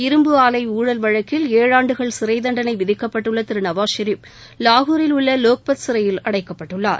இரும்பு ஆலை ஊழல் வழக்கில் ஏழாண்டு சிறைத்தண்டணை விதிக்கப்பட்டுள்ள நவாஸ் ஷெரீப் லாகூரில் உள்ள லோக்பத் சிறையில் அடைக்கப்பட்டுள்ளார்